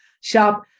shop